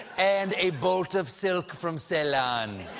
and a bolt of silk from ceylon.